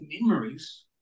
memories